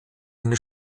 eine